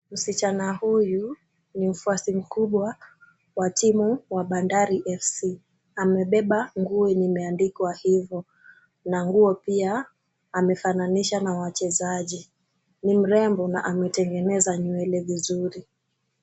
Msichana huyu ni mfuasi mkubwa wa timu wa Bandari FC. Amebeba nguo yenye imeandikwa hivyo na nguo pia amefananisha na wachezaji. Ni mrembo na ametengeneza nywele vizuri.